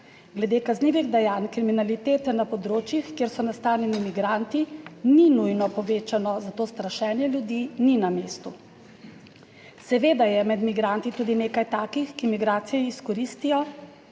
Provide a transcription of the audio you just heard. Glede kaznivih dejanj kriminalitete na področjih, kjer so nastanjeni migranti, ni nujno povečano, zato strašenje ljudi ni na mestu. Seveda je med migranti tudi nekaj takih, ki migracije izkoristijo